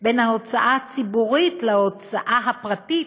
בין ההוצאה הציבורית להוצאה הפרטית,